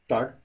Tak